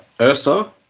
Ursa